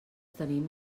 tenim